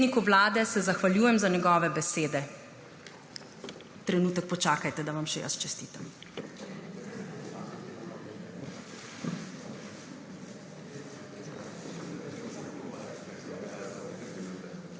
Predsedniku Vlade se zahvaljujem za njegove besede. Trenutek počakajte, da vam še jaz čestitam.